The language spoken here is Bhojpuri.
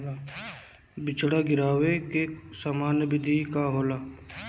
बिचड़ा गिरावे के सामान्य विधि का होला?